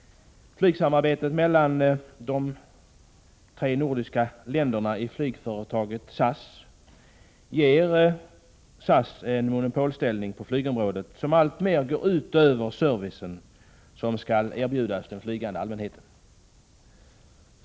Samarbetet mellan de tre nordiska länderna i flygföretaget SAS ger detta företag en monopolställning som alltmer går ut över den service som skall erbjudas den flygande allmänheten.